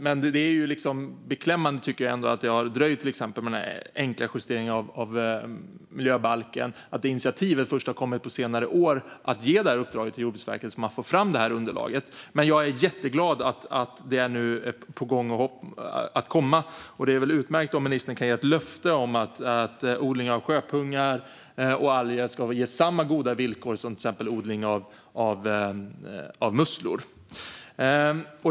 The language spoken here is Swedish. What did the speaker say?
Men det är beklämmande, tycker jag ändå, att det har dröjt till exempel med den här enkla justeringen av miljöbalken och att det är först på senare år som initiativet har kommit att ge uppdraget till Jordbruksverket, så att man får fram det här underlaget. Men jag är jätteglad att det nu är på gång att komma. Det är väl utmärkt om ministern kan ge ett löfte om att odling av sjöpungar och alger ska ges samma goda villkor som till exempel odling av musslor.